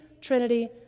Trinity